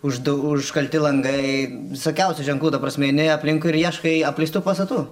už du užkalti langai visokiausių ženklų ta prasme eini aplinkui ir ieškai apleistų pastatų